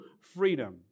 freedom